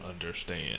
understand